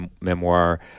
memoir